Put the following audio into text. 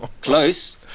Close